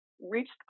reached